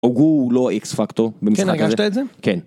אוגו לא אקס פקטור במשחק הזה. כן, אני הרגשת את זה? כן.